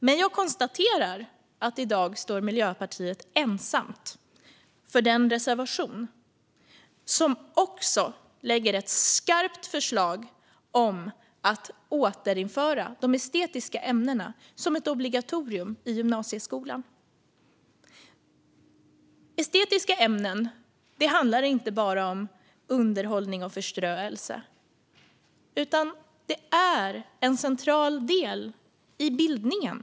Men jag konstaterar att Miljöpartiet i dag står ensamt bakom den reservation som innebär ett skarpt förslag om att återinföra de estetiska ämnena som ett obligatorium i gymnasieskolan. Estetiska ämnen handlar inte bara om underhållning och förströelse, utan de är en central del i bildningen.